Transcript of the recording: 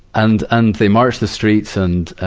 and, and they marched the streets, and, ah,